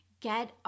get